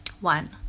One